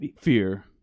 fear